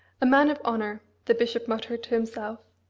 a man of honour! the bishop muttered to himself,